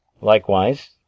Likewise